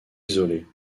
isolés